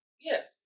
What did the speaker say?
Yes